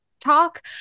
talk